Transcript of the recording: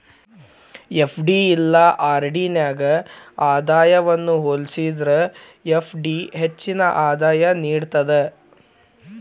FD ಇಲ್ಲಾ RD ನ್ಯಾಗ ಆದಾಯವನ್ನ ಹೋಲಿಸೇದ್ರ ಎಫ್.ಡಿ ಹೆಚ್ಚಿನ ಆದಾಯ ನೇಡ್ತದ